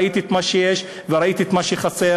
ראיתי מה יש וראיתי מה חסר.